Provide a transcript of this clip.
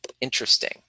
interesting